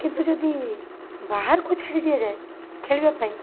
କିନ୍ତୁ ଯଦି ବାହାରକୁ ଛାଡ଼ି ଦିଆଯାଏ ଖେଳିବା ପାଇଁ